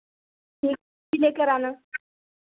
ठीक लेकर आना